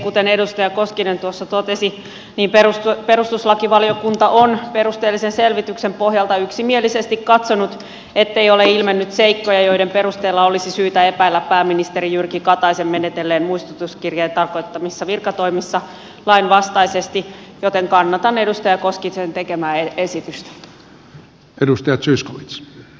kuten edustaja koskinen tuossa totesi niin perustuslakivaliokunta on perusteellisen selvityksen pohjalta yksimielisesti katsonut ettei ole ilmennyt seikkoja joiden perusteella olisi syytä epäillä pääministeri jyrki kataisen menetelleen muistutuskirjeen tarkoittamissa virkatoimissa lainvastaisesti joten kannatan edustaja koskisen tekemää esitystä